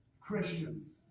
Christians